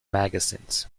magazines